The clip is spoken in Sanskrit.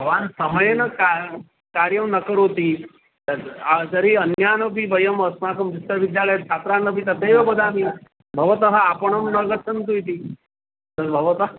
भवान् समयेन का कार्यं न करोति तद् तर्हि अन्यानपि वयम् अस्माकं विश्वविद्यालयछात्रान्नपि तथैव वदामि भवतः आपणं न गच्छन्तु इति तद् भवता